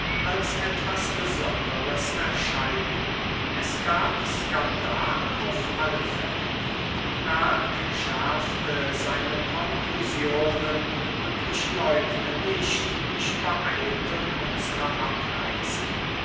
als etwas besonderes erscheinen es gab skandal auf alle fälle merck schärfte seine konklusionen und ich leugne nicht ich beeilte unsre abreise